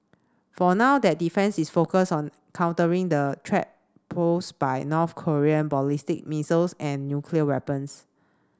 for now that defence is focused on countering the threat posed by North Korean ballistic missiles and nuclear weapons